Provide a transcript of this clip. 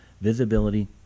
Visibility